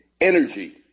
energy